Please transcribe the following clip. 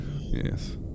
Yes